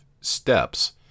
steps